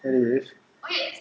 anyways